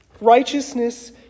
Righteousness